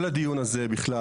כל הדיון הזה בכלל,